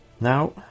now